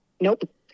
Nope